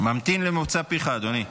ממתין למוצא פיך, אדוני.